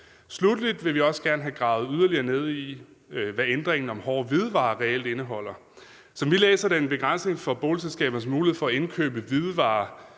Sluttelig vil vi også gerne have gravet yderligere i, hvad ændringen om hårde hvidevarer reelt indeholder. Som vi læser det, er det en begrænsning af boligselskabernes muligheder for at indkøbe hvidevarer